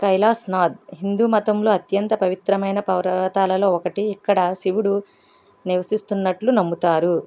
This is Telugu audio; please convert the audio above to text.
కైలాస్నాథ్ హిందుమతంలో అత్యంత పవిత్రమైన పర్వతాలలో ఒకటి ఇక్కడ శివుడు నివసిస్తున్నట్టు నమ్ముతారు